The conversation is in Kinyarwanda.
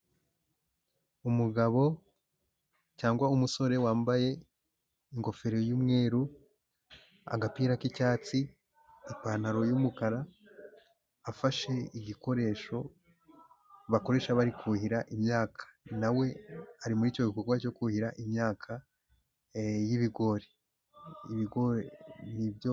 Umugabo cyangwa umusore wambaye ingofero y'umweru, agapira k'icyatsi, ipantaro y'umukara afashe igikoresho bakoresha bari kuhira imyaka; nawe ari muri icyo gikorwa cyo kuhira imyaka y'ibigori.